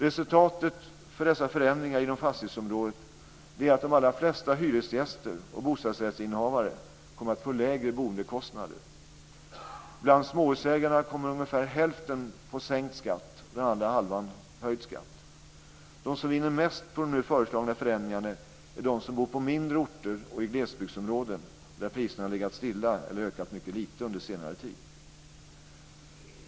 Resultatet för dessa förändringar inom fastighetsområdet är att de allra flesta hyresgäster och bostadsrättsinnehavare kommer att få lägre boendekostnader. Bland småhusägarna kommer ungefär hälften att få sänkt skatt, medan den andra hälften får höjd skatt. De som vinner mest på de nu föreslagna förändringarna är de som bor på mindre orter och i glesbygdsområden, där priserna legat stilla eller ökat mycket lite under senare tid.